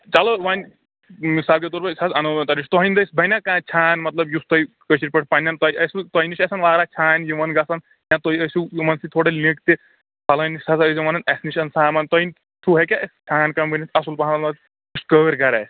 چلو وۄنۍ مثال کے طور پر أسۍ حظ انَو تۄہہِ نِش تُہندۍ دٔسۍ بنیا کانٛہہ چھان مطلب یُس یہِ کٲشِر پٲٹھۍ پنٕنٮ۪ن تۄہہِ آسہِ وُ تۄہہِ نِش آسان واراہ چھان یِوان گژھان یا تُہۍ أسِو یِمَن سۭتۍ تھوڑا لِنک تہِ فلٲنِس حظ ٲسۍ زیو وَنان اسہِ نِش اَن سامان توہہِ تھروٗ ہیٚکیا اسہِ چھان کانٛہہ بنِتھ اصل پہم مطلب یُس کٲرۍ گَر آسہِ